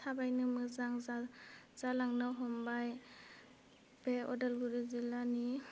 थाबायनो मोजां जा जालांनो हमबाय बे उदालगुरि जिल्लानि